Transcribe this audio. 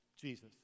Jesus